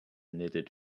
knitted